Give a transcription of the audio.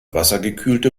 wassergekühlte